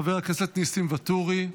חבר הכנסת ניסים ואטורי,